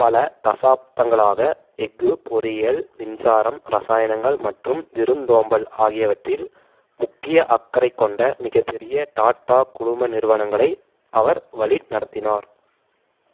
பல தசாப்தங்களாக எஃகு பொறியியல் மின்சாரம் இரசாயனங்கள் மற்றும் விருந்தோம்பல் ஆகியவற்றில் முக்கிய அக்கறை கொண்ட மிகப்பெரிய டாட்டா குழும நிறுவனங்களை அவர் வழி நடத்தினார்